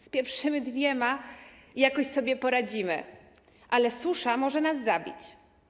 Z pierwszymi dwiema jakoś sobie poradzimy, ale susza może nas zabić.